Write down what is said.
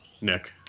Nick